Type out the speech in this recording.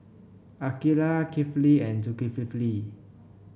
Aqeelah Kifli and Zulkifli